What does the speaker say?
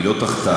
היא לא תחתי.